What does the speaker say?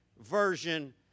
version